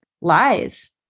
lies